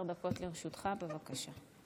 עשר דקות לרשותך, בבקשה.